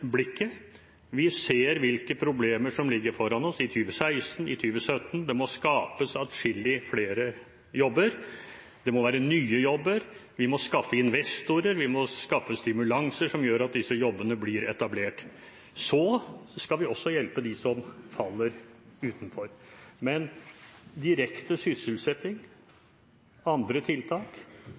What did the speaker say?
blikket, vi ser hvilke problemer som ligger foran oss i 2016, i 2017. Det må skapes atskillig flere jobber. Det må være nye jobber. Vi må skaffe investorer, vi må skaffe stimulanser som gjør at disse jobbene blir etablert. Så skal vi også hjelpe dem som faller utenfor. Direkte sysselsetting, andre tiltak,